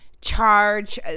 Charge